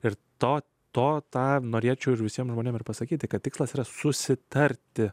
ir to to tą norėčiau visiems žmonėms pasakyti kad tikslas yra susitarti